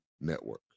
Network